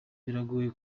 biragoye